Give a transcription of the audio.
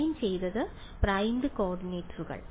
prime ചെയ്തത് primed കോർഡിനേറ്റുകൾ